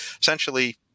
essentially